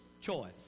choice